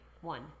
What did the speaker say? One